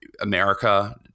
America